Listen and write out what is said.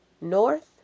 North